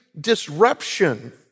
disruption